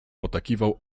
potakiwał